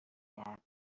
کرد